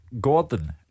Gordon